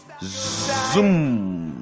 Zoom